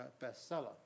bestseller